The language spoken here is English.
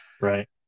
right